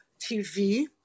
TV